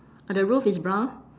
uh the roof is brown